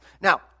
Now